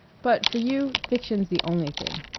but for you, fiction's the only thing.